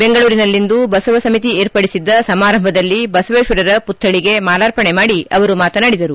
ಬೆಂಗಳೂರಿನಲ್ಲಿಂದು ಬಸವ ಸಮಿತಿ ಏರ್ಪಡಿಸಿದ್ದ ಸಮಾರಂಭದಲ್ಲಿ ಬಸವೇಶ್ವರರ ಮತ್ತಳಿಗೆ ಮಾಲಾರ್ಪಣೆ ಮಾಡಿ ಅವರು ಮಾತನಾಡಿದರು